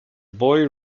boy